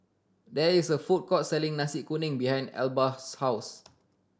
there is a food court selling Nasi Kuning behind Elba's house